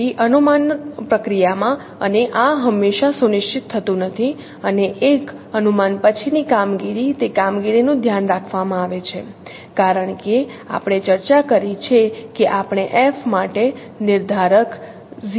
તેથી અનુમાન પ્રક્રિયામાં અને આ હંમેશાં સુનિશ્ચિત થતું નથી અને એક અનુમાન પછીની કામગીરી તે કામગીરીનું ધ્યાન રાખવામાં આવે છે કારણ કે આપણે ચર્ચા કરી છે કે આપણે F માટે નિર્ધારક 0 કેવી રીતે બનાવી શકીએ છીએ